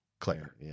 Claire